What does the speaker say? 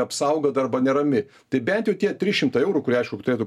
apsaugota arba nerami tai bent jau tie trys šimtai eurų kurie aišku turėtų